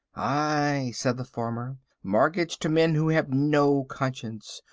ay, said the farmer, mortgaged to men who have no conscience,